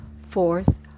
Fourth